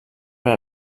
per